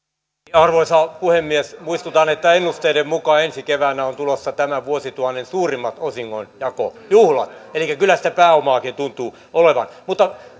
arvoisa puhemies muistutan että ennusteiden mukaan ensi keväänä ovat tulossa tämän vuosituhannen suurimmat osingonjakojuhlat elikkä kyllä sitä pääomaakin tuntuu olevan